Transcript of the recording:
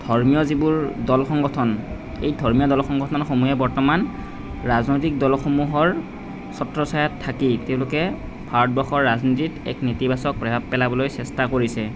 ধৰ্মীয় যিবোৰ দল সংগঠন এই ধৰ্মীয় দল সংগঠনসমূহে বৰ্তমান ৰাজনৈতিক দলসমূহৰ ছত্ৰছায়াত থাকি তেওঁলোকে ভাৰতবৰ্ষৰ ৰাজনীতিত এক নেতিবাচক প্ৰভাৱ পেলাবলৈ চেষ্টা কৰিছে